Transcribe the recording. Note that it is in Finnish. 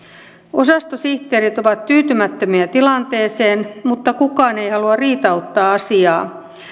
osastosihteerit ovat tyytymättömiä tilanteeseen mutta kukaan ei halua riitauttaa asiaa